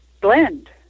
blend